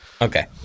okay